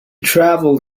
travelled